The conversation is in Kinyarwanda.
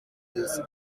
vyose